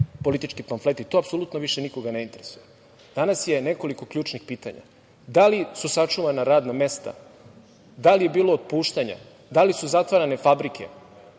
politički pamfleti, to apsolutno nikoga više ne interesuje? Danas je nekoliko ključnih pitanja – da li su sačuvana radna mesta, da li je bilo otpuštanja, da li su zatvarane fabrike